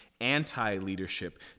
anti-leadership